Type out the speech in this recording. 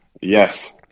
Yes